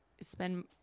spend